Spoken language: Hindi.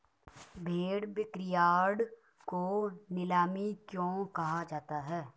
भेड़ बिक्रीयार्ड को नीलामी क्यों कहा जाता है?